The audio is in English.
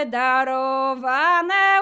darowane